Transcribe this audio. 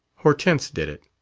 hortense did it.